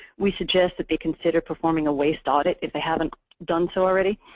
we suggest that they consider performing a waste audit if they haven't done so already.